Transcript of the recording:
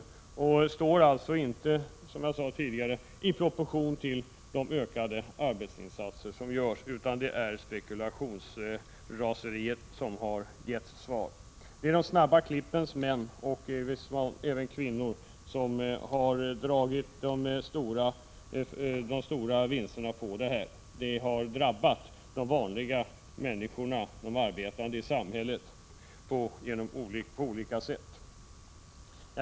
Som jag sade tidigare, står den inte i proportion till de ökade arbetsinsatserna som görs. Det är i stället spekulationsraseriet som har fått effekt. Det är de snabba klippens män, och i viss mån även kvinnor, som har dragit de stora vinsterna på det här. Det har drabbat de vanliga människorna, de arbetande i samhället, på olika sätt.